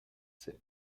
six